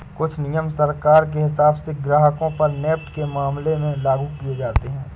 कुछ नियम सरकार के हिसाब से ग्राहकों पर नेफ्ट के मामले में लागू किये जाते हैं